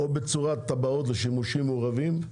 או בצורת טבעות ושימושים מעורבים,